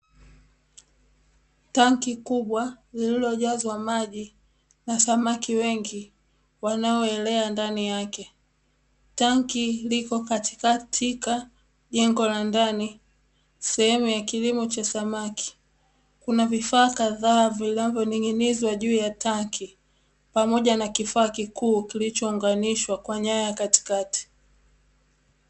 Tanki kubwa lililojazwa maji na samaki wengi wanaoelea ndani yake, tanki liko katika jengo la ndani sehemu ya kilimo cha samaki kuna vifaa kadhaa vinavyoning'inizwa juu ya tanki pamoja na kifaa kikuu kilichoonganishwa kwa nyaya katikati.